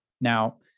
Now